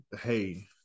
hey